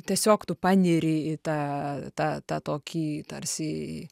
tiesiog tu panyri į tą tą tą tokį tarsi